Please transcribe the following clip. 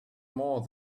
more